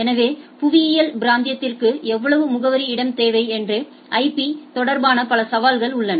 எனவே புவியியல் பிராந்தியத்திற்கு எவ்வளவு முகவரி இடம் தேவை என்று ஐபி தொடர்பான பல சவால்கள் உள்ளன